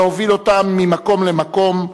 להוביל אותם ממקום למקום,